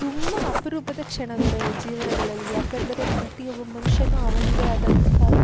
ತುಂಬ ಅಪರೂಪದ ಕ್ಷಣಗಳು ಜೀವನಗಳಲ್ಲಿ ಏಕಂದ್ರೆ ಪ್ರತಿಯೊಬ್ಬ ಮನುಷ್ಯನೂ ಅವನದ್ದೇ ಆದಂತಹ